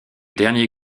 dernier